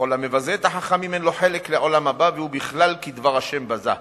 וכל המבזה את החכמים אין לו חלק לעולם הבא והוא בכלל "כי דבר ה' בזה".